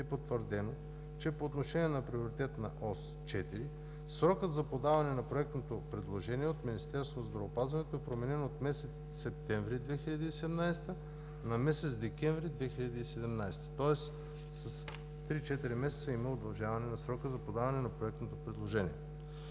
е потвърдено, че по отношение на Приоритетна ос 4 срокът за подаване на проектното предложение от Министерството на здравеопазването е променен от месец септември 2017 г. на месец декември 2017 г., тоест с три-четири месеца има удължаване на срока за подаване на проектното предложение.